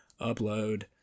upload